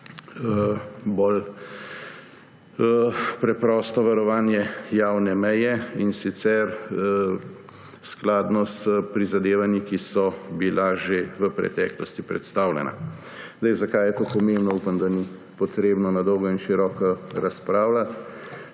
bolj preprosto varovanje javne meje, in sicer skladno s prizadevanji, ki so bila že v preteklosti predstavljena. Zakaj je to pomembno, upam, da ni treba na dolgo in široko razpravljati.